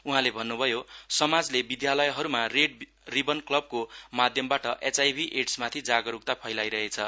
उहाँले भन्नभयो समाजले विद्यालयहरूमा रेड रिबन क्लबको माध्यमबाट एचआई एड्स माथि जागरूकता फैलाइरहेछ